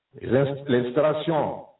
l'installation